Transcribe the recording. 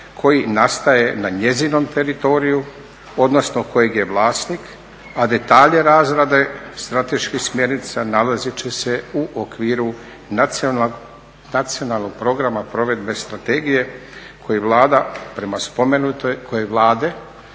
koji nastaje na njezinom teritoriju, odnosno kojeg je vlasnik, a detalje razrade strateških smjernica nalazit će se u okviru Nacionalnog programa provedbe strategije koji vlade EU prema spomenutoj direktivi